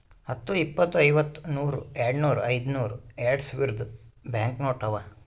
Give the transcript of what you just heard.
ಹತ್ತು, ಇಪ್ಪತ್, ಐವತ್ತ, ನೂರ್, ಯಾಡ್ನೂರ್, ಐಯ್ದನೂರ್, ಯಾಡ್ಸಾವಿರ್ದು ಬ್ಯಾಂಕ್ ನೋಟ್ ಅವಾ